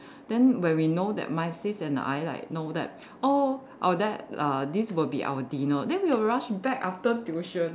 then when we know that my sis and I like know that oh our dad uh this will be our dinner then we'll rush back after tuition